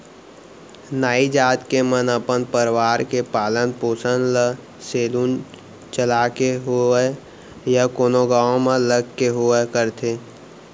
नाई जात के मन अपन परवार के पालन पोसन ल सेलून चलाके होवय या कोनो गाँव म लग के होवय करथे